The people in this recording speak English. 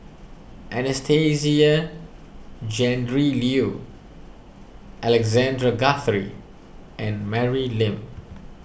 Anastasia Tjendri Liew Alexander Guthrie and Mary Lim